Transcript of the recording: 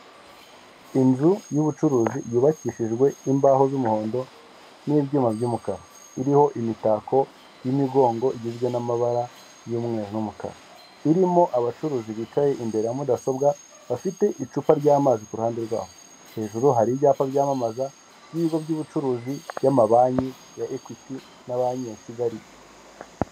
Inzu y'ubucuruzi yubakishijwe imbaho z'umuhondo, n'ibyuma by'umukara, iriho imitako y'imigongo igizwe n'amabara y'umweru n'umukara, irimo abacuruzi bicaye imbere ya mudasobwa, bafite icupa ry'amazi kuruhande rwabo hejuru hari ibyapa byamamaza by'ibigo by'ubucuruzi byamabanki ya ekwiti na banki ya Kigali.